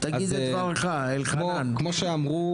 יוסי סבג, המועצה להשכלה גבוהה,